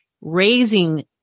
raising